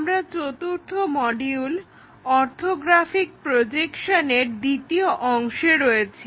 আমরা চতুর্থ module orthographic প্রজেকশনের দ্বিতীয় অংশে রয়েছি